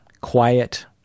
quiet